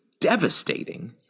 devastating